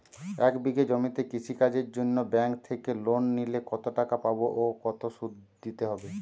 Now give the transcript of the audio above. এক বিঘে জমিতে কৃষি কাজের জন্য ব্যাঙ্কের থেকে লোন নিলে কত টাকা পাবো ও কত শুধু দিতে হবে?